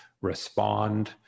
respond